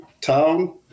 town